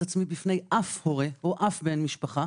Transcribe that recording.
עצמי בפני אף הורה או בפני אף בן משפחה.